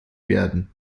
werden